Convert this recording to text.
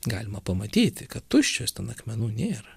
galima pamatyti kad tuščios ten akmenų nėra